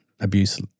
abuse